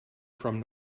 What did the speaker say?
from